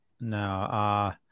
no